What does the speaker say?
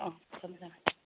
ꯑꯣ ꯊꯝꯃꯦ ꯊꯝꯃꯦ